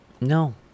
No